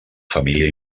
família